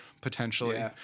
potentially